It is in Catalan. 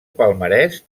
palmarès